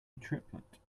triplet